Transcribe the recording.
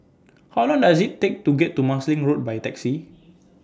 How Long Does IT Take to get to Marsiling Road By Taxi